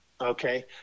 okay